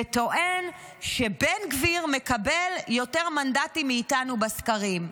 וטוען שבן גביר מקבל יותר מנדטים מאיתנו בסקרים.